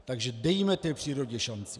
Takže dejme té přírodě šanci!